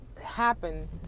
happen